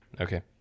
Okay